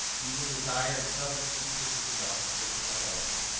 evil desire and covetousness, which is and which is idolatry.